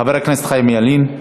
חבר הכנסת חיים ילין.